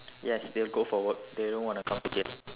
yes they'll go for work they don't want to come to jail